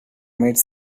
made